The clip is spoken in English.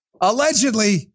Allegedly